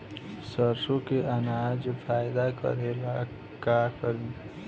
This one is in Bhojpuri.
सरसो के अनाज फायदा करेला का करी?